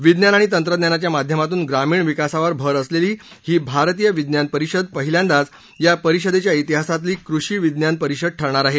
विज्ञान आणि तंत्रज्ञानाच्या माध्यमातून ग्रामीण विकासावर भर असलेली ही भारतीय विज्ञान परिषद पहिल्यादाच या परिषदेच्या इतिहासातली कृषी विज्ञान परिषद ठरणार आहे